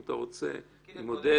אם אתה רוצה עם עודד,